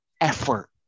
effort